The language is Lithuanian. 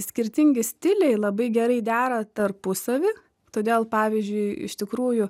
skirtingi stiliai labai gerai dera tarpusavy todėl pavyzdžiui iš tikrųjų